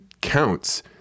counts